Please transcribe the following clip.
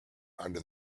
under